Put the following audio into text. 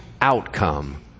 outcome